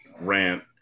rant